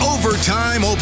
Overtime